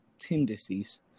tendencies